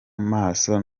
maso